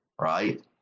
right